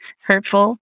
hurtful